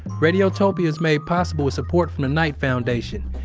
radiotopia made possible with support from the knight foundation.